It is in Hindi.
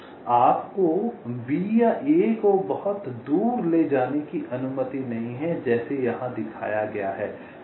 तो आपको B या A को बहुत दूर ले जाने की अनुमति नहीं है जैसे यहां दिखाया गया है